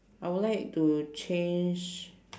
I will like to change